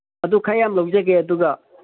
ꯑꯗꯨ ꯈꯔ ꯌꯥꯝ ꯂꯧꯖꯒꯦ ꯑꯗꯨꯒ